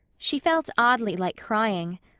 she felt oddly like crying.